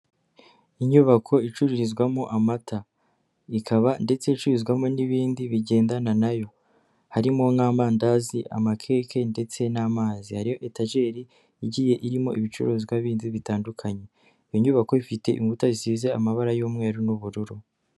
Inyubako icururizwamo amata ikaba ndetse incururizwamo n'ibindi bigendana nayo harimo nk'amandazi, amakeke ndetse n'amazi, hari etajeri igiye irimo ibicuruzwa bindi bitandukanye. Iyi nyubako ifite inkuta zisize amabara y'umweru n'ubururu.